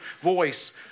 voice